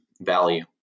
value